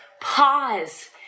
pause